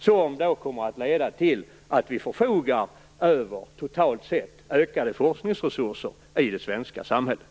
Det kommer att leda till att vi totalt sett får förfoga över ökade forskningsresurser i det svenska samhället.